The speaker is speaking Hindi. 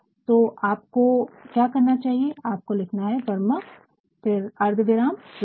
तो आपको क्या करना चाहिए आपको लिखना है वर्मा अर्धविराम रितिक